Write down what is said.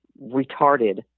retarded